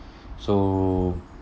so